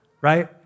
Right